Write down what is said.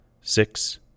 Six